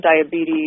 diabetes